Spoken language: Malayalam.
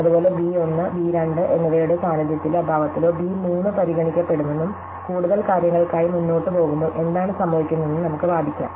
അതുപോലെ ബി 1 ബി 2 എന്നിവയുടെ സാന്നിധ്യത്തിലോ അഭാവത്തിലോ ബി 3 പരിഗണിക്കപ്പെടുമെന്നും കൂടുതൽ കാര്യങ്ങൾക്കായി മുന്നോട്ട് പോകുമ്പോൾ എന്താണ് സംഭവിക്കുന്നതെന്നും നമുക്ക് വാദിക്കാം